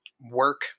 work